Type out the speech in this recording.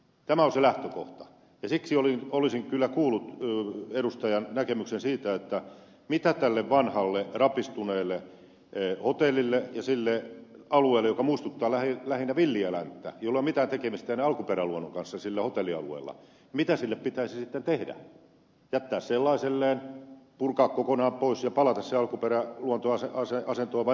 tämä on se lähtökohta ja siksi olisin kyllä kuullut edustajan näkemyksen siitä mitä tälle vanhalle rapistuneelle hotellille ja sille hotellialueelle joka muistuttaa lähinnä villiä länttä jolla ei ole mitään tekemistä enää alkuperäluonnon kanssa sillä opelia voi olla mitä pitäisi sitten tehdä jättää sellaiselleen purkaa kokonaan pois ja palata alkuperäluontoasentoon vai mitä